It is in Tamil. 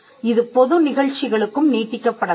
இது பொது நிகழ்ச்சிகளுக்கும் நீட்டிக்கப்படலாம்